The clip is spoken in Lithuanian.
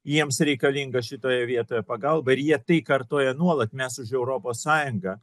jiems reikalinga šitoje vietoje pagalba ir jie tai kartoja nuolat mes už europos sąjungą